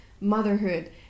motherhood